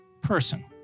person